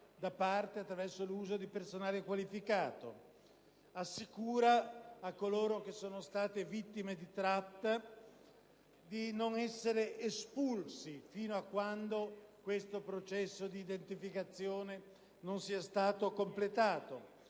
vittime attraverso l'impiego di personale qualificato ed assicura a quanti sono stati vittime di tratta di non essere espulsi fino a quando il processo di identificazione non sia stato completato.